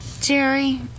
Jerry